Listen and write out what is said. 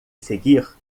seguir